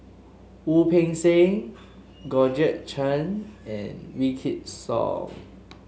Wu Peng Seng Georgette Chen and Wykidd Song